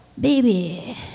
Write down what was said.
baby